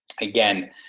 again